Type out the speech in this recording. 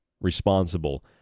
responsible